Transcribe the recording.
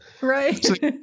Right